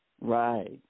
Right